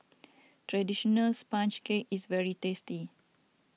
Traditional Sponge Cake is very tasty